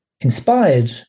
inspired